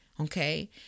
okay